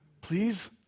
Please